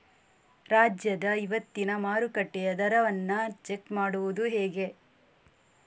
ರಾಜ್ಯದ ಇವತ್ತಿನ ಮಾರುಕಟ್ಟೆ ದರವನ್ನ ಚೆಕ್ ಮಾಡುವುದು ಹೇಗೆ?